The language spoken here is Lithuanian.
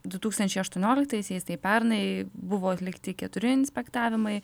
du tūkstančiai aštuonioliktaisiais tai pernai buvo atlikti keturi inspektavimai